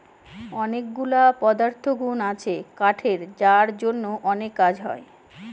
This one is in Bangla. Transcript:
অনেকগুলা পদার্থগুন আছে কাঠের যার জন্য অনেক কাজ হয়